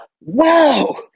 Wow